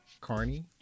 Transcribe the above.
Carney